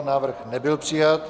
Návrh nebyl přijat.